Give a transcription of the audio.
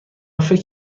فکر